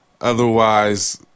Otherwise